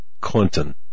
Clinton